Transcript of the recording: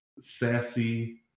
sassy